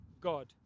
God